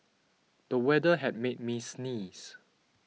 the weather had made me sneeze